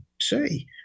say